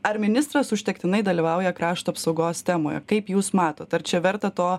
ar ministras užtektinai dalyvauja krašto apsaugos temoj kaip jūs matot ar čia verta to